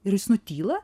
ir jis nutyla